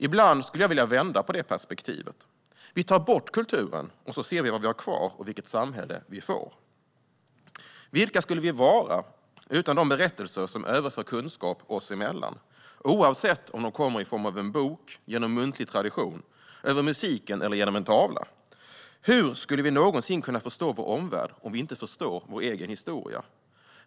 Ibland skulle jag vilja vända på perspektivet. Om vi tar bort kulturen får vi se vad vi har kvar och vilket samhälle vi får. Vilka skulle vi vara utan de berättelser som överför kunskap oss emellan, oavsett om de kommer i form av en bok, genom muntlig tradition, genom musiken eller genom en tavla? Hur skulle vi någonsin kunna förstå vår omvärld om vi inte förstår vår egen historia?